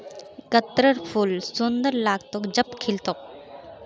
गत्त्रर फूल सुंदर लाग्तोक जब खिल तोक